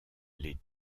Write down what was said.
les